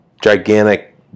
Gigantic